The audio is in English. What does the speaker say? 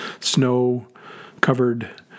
snow-covered